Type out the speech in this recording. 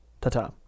Ta-ta